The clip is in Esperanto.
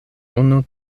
unu